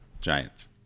Giants